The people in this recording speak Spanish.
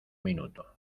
minuto